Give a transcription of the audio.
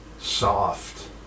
soft